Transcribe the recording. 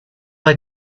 that